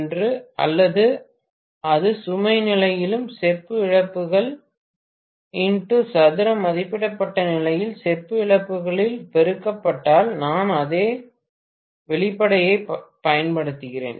ஏனெனில் எந்த சுமை நிலையிலும் செப்பு இழப்புகள் x சதுரம் மதிப்பிடப்பட்ட நிலையில் செப்பு இழப்புகளால் பெருக்கப்பட்டால் நான் அதே வெளிப்பாட்டைப் பயன்படுத்துகிறேன்